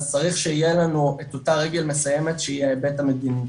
אז צריך שיהיה לנו את אותה רגל מסיימת שהיא ההיבט המדיני,